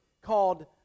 called